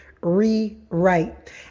Rewrite